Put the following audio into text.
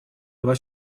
два